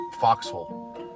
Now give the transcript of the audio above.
foxhole